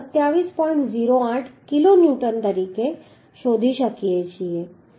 08 kilonewton શોધી શકીએ છીએ